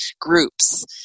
groups